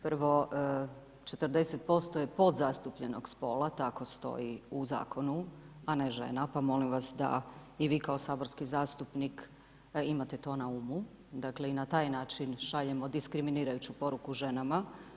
Prvo, 40% je podzastupljenog spola, tako stoji u zakonu a ne žena, pa molim vas da i vi kao saborski zastupnik imate to na umu, dakle i na taj način šaljem diskriminirajuću poruku ženama.